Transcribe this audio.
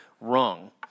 wrong